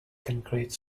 concrete